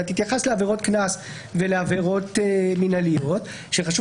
את התייחסת לעבירות קנס ולעבירות מינהליות וחשוב